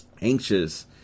anxious